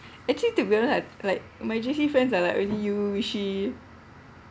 actually to be honest lah like my J_C friends are like really U wishy